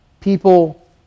People